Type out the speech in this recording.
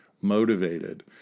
motivated